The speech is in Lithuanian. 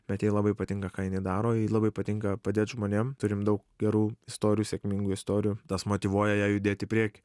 bet jai labai patinka ką jinai daro jai labai patinka padėt žmonėm turim daug gerų istorijų sėkmingų istorijų tas motyvuoja ją judėt į priekį